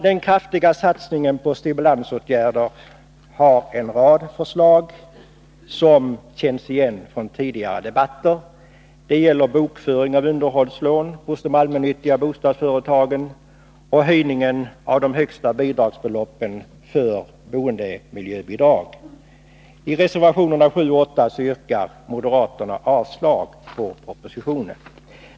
Den kraftiga satsningen på stimulansåtgärder innehåller en rad förslag, som känns igen från tidigare debatter. Det gäller bokföring av underhållslån hos de allmännyttiga bostadsföretagen och höjning av högsta bidragsbelopp för boendemiljöbidrag. I reservationerna 7 och 8 yrkar moderaterna avslag på propositionen.